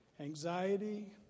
anxiety